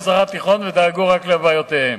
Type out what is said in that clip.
במזרח התיכון, ודאגו רק לבעיותיהם.